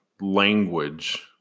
language